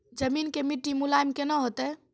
जमीन के मिट्टी मुलायम केना होतै?